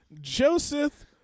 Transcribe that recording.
Joseph